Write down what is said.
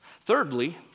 Thirdly